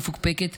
ומפוקפקת,